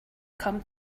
come